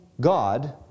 God